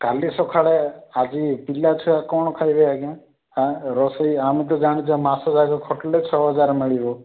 କାଲି ସକାଳେ ଆଜି ପିଲାଛୁଆ କ'ଣ ଖାଇବେ ଆଜ୍ଞା ହଁ ରୋଷେଇ ଆମେ ତ ଜାଣିଛୁ ମାସ ସାରା ଖଟିଲେ ଛଅ ହଜାର ମିଳିବ